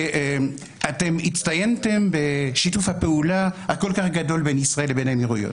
ואתם הצטיינתם בשיתוף הפעולה הכל כך גדול בין ישראל לבין האמירויות.